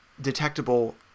detectable